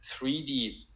3D